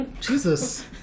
Jesus